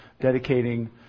dedicating